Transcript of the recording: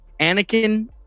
Anakin